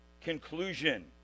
conclusion